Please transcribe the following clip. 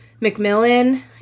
Macmillan